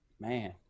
man